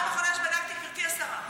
פעם אחרונה שבדקתי, גברתי השרה.